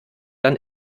dann